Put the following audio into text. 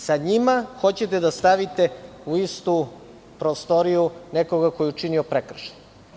Sa njima hoćete da stavite u istu prostoriju nekoga ko je učinio prekršaj.